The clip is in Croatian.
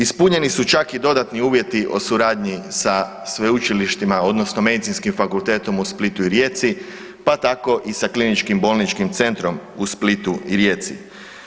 Ispunjeni su čak i dodatni uvjeti o suradnji sa sveučilištima odnosno Medicinskim fakultetom u Splitu i Rijeci pa tako i sa Kliničkim bolničkim centrom u Splitu i Rijeci.